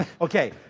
Okay